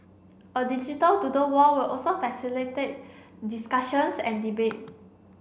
a digital doodle wall will also facilitate discussions and debate